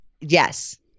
Yes